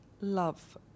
love